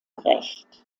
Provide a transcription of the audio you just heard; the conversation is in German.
recht